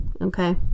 okay